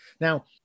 Now